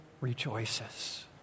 rejoices